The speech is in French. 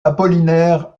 apollinaire